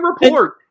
report